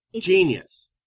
Genius